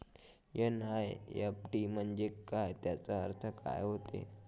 NEFT म्हंजे काय, त्याचा अर्थ काय होते?